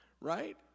Right